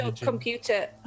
computer